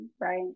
right